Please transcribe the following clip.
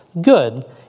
good